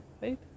right